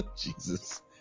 jesus